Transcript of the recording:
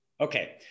okay